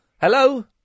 Hello